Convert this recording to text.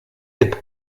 hip